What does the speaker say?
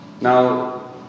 Now